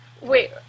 Wait